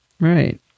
Right